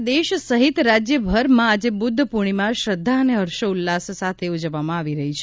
સમગ્ર દેશ સહિત રાજ્યભરમાં આજે બુધ પૂર્ણિમા શ્રદ્ધા અને હર્ષોઉલ્લાસ સાથે ઉજવવામાં આવી રહી છે